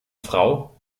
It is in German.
frau